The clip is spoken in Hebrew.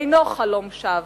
אינו חלום שווא.